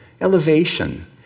Elevation